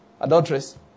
Adulteress